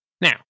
Now